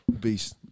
Beast